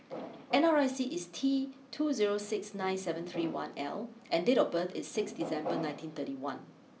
N R I C is T two zero six nine seven three one L and date of birth is six December nineteen thirty one